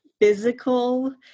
physical